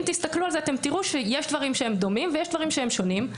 אם תסתכלו על זה אתם תראו שיש דברים שהם דומים ויש דברים שהם שונים.